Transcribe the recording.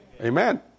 Amen